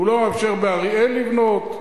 הוא לא מאפשר באריאל לבנות,